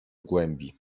głębi